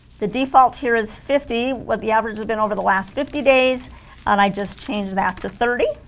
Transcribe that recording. the default here is fifty what the average have been over the last fifty days and i just changed after thirty